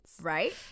Right